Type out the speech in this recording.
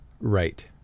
Right